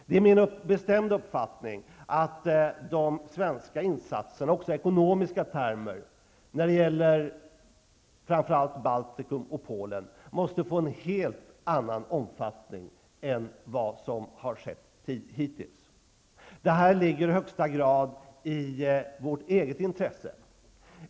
Det är min bestämda uppfattning att de svenska insatserna, också i ekonomiska termer, när det gäller framför allt Baltikum och Polen måste få en helt annan omfattning än hittills. Detta ligger i högsta grad i vårt eget intresse.